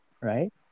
right